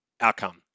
outcome